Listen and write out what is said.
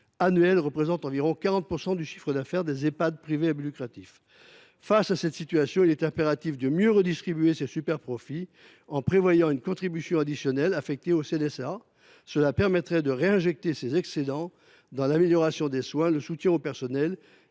annuel représente environ 40 % du chiffre d’affaires des Ehpad privés à but lucratif. Face à cette situation, il est impératif de mieux redistribuer ces superprofits en prévoyant une contribution additionnelle affectée à la CNSA, qui permettrait de réinjecter ces excédents dans l’amélioration des soins, le soutien au personnel